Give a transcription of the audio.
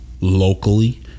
locally